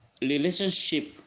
relationship